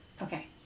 Okay